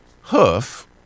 Hoof